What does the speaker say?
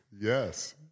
yes